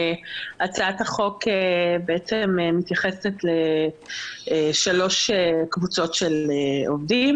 הצעת החוק מתייחסת לשלוש קבוצות של עובדים